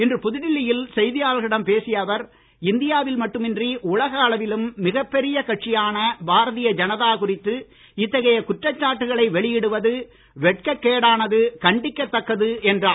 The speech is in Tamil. இன்று புதுடெல்லியில் செய்தியாளர்களிடம் பேசிய அவர் இந்தியாவில் மட்டுமின்றி உலக அளவிலும் மிகப் பெரிய கட்சியான பாரதிய ஜனதா குறித்து இத்தகைய குற்றச்சாட்டுகளை வெளியிடுவது வெட்கக் கேடானது கண்டிக்கத்தக்கது என்றார்